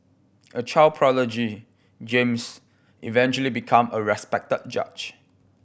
a child prodigy James eventually become a respected judge